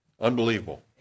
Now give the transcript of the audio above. Unbelievable